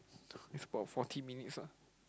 it's about forty minutes ah